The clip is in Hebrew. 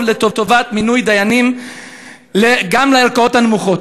לטובת מינוי דיינים גם לערכאות הנמוכות,